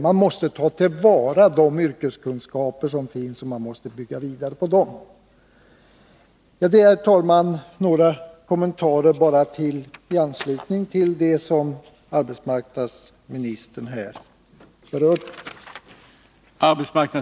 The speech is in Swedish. Man måste ta till vara de yrkeskunskaper som finns och bygga vidare på dem. Herr talman! Detta är några kommentarer i anslutning till det som arbetsmarknadsministern har berört.